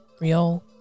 real